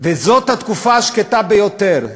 וזאת התקופה השקטה ביותר.